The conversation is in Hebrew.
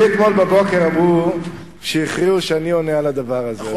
לי אתמול בבוקר אמרו שהכריעו שאני עונה על הדבר הזה.